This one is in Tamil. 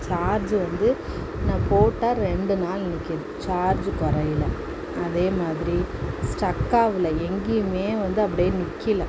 சார்ஜு வந்து நான் போட்டால் ரெண்டு நாள் நிற்கிது சார்ஜு குறையல அதே மாதிரி ஸ்ட்ரக் ஆகல எங்கேயுமே வந்து அப்படியே நிற்கில